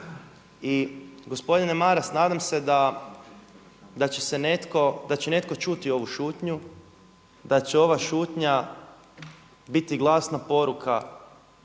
I gospodine Maras, nadam se da će netko čuti ovu šutnju, da će ova šutnja biti glasna poruka